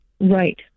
Right